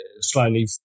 slightly